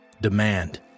Demand